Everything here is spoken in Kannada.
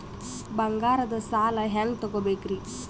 ಬಂಗಾರದ್ ಸಾಲ ಹೆಂಗ್ ತಗೊಬೇಕ್ರಿ?